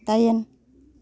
डाइन